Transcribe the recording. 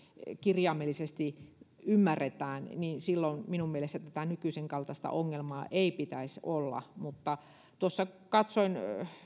kirjaimellisesti ymmärretään niin silloin minun mielestäni tätä nykyisenkaltaista ongelmaa ei pitäisi olla mutta tuossa katsoin että